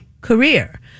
career